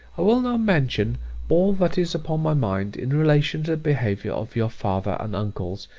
i will now mention all that is upon my mind, in relation to the behaviour of your father and uncles,